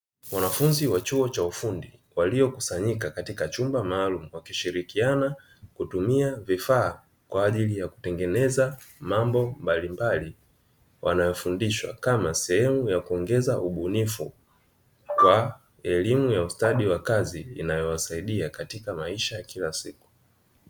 Wanafunzi wa chuo cha ufundi waliokusanyika katika chumba maalumu wakishirikiana kutumia vifaa kwa ajili ya kutengeneza mambo mbalimbali, wanayofundishwa kama sehemu ya kuongeza ubunifu kwa elimu ya ustadi wa kazi inayowasaidia katika maisha ya kila siku.